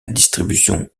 distribution